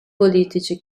politici